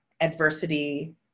adversity